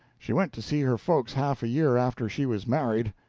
she went to see her folks half a year after she was married,